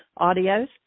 audios